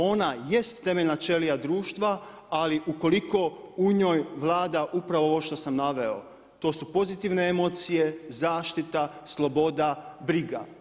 Ona jest temeljna ćelija društva, ali ukoliko u njoj vlada upravo ovo što sam naveo, to su pozitivne emocije, zaštita, sloboda, briga.